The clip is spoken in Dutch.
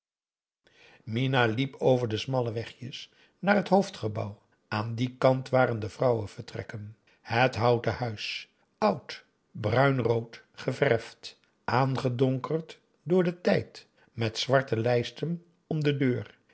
minah liep over de smalle wegjes naar het hoofdgebouw aan dien kant waren de vrouwenvertrekken het houten huis oud bruinrood geverfd aangedonkerd door den tijd met zwarte lijsten om deur